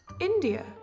India